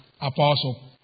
Apostle